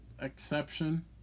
exception